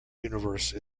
universe